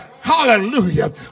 hallelujah